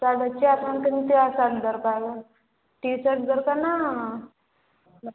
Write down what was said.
ତା ସହିତ ଆପଣଙ୍କର କେମିତିକା ସାର୍ଟ ଦରକାର ଟି ସାର୍ଟ ଦରକାର ନା